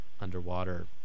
underwater